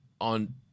on